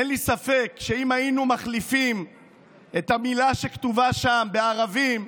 אין לי ספק שאם היינו מחליפים את המילה שכתובה שם ב"ערבים",